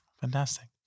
Fantastic